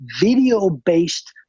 video-based